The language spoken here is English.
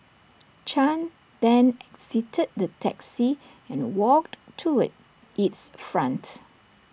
chan then exited the taxi and walked toward its front